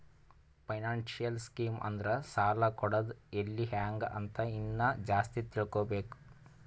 financial scheme ಅಂದುರ್ ಸಾಲ ಕೊಡದ್ ಎಲ್ಲಿ ಹ್ಯಾಂಗ್ ಅಂತ ಇನ್ನಾ ಜಾಸ್ತಿ ತಿಳ್ಕೋಬೇಕು